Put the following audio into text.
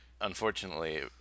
unfortunately